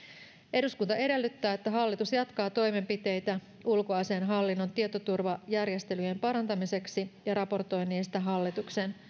eduskunta edellyttää että hallitus jatkaa toimenpiteitä ulkoasiainhallinnon tietoturvajärjestelyjen parantamiseksi ja raportoi niistä hallituksen